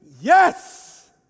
Yes